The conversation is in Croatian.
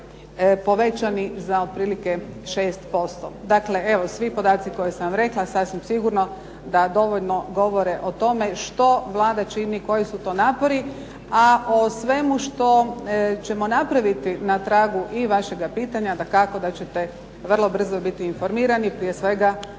povećani za otprilike 6%. Dakle, evo svi podaci koje sam vam rekla sasvim sigurno da dovoljno govore o tome, što Vlada čini, koji su to napori. A o svemu što ćemo napraviti na tragu i vašega pitanja, dakako da ćete vrlo brzo biti informirani prije svega